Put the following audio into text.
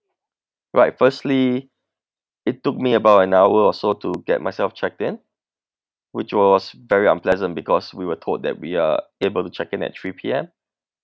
right firstly it took me about an hour or so to get myself checked in which was very unpleasant because we were told that we are able to check in at three P_M